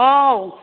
ꯍꯥꯎ